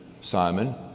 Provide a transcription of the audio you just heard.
Simon